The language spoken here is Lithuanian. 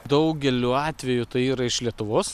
daugeliu atvejų tai yra iš lietuvos